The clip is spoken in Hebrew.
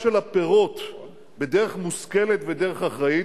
אבל אני